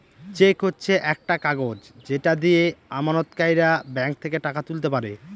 check হচ্ছে একটা কাগজ যেটা দিয়ে আমানতকারীরা ব্যাঙ্ক থেকে টাকা তুলতে পারে